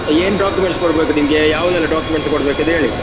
ಏನು ಡಾಕ್ಯುಮೆಂಟ್ಸ್ ಕೊಡ್ಬೇಕು ನಿಮಗೆ ಯಾವುದೆಲ್ಲ ಡಾಕ್ಯುಮೆಂಟ್ಸ್ ಕೊಡ್ಬೇಕು ಅದು ಹೇಳಿ